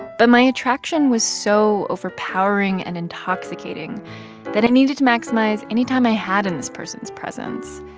but my attraction was so overpowering and intoxicating that i needed to maximize any time i had in this person's presence,